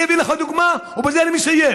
אני אביא לך דוגמה, ובזה אני מסיים: